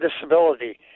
disability